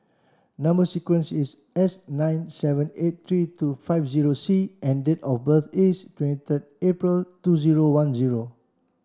number sequence is S nine seven eight three two five zero C and date of birth is twenty third April two zero one zero